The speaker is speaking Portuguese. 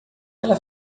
ela